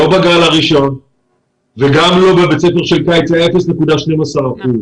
לא בגל הראשון וגם לא בבית הספר בו היו 0.12 אחוזים.